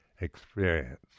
experience